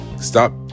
stop